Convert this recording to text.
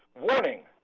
warning!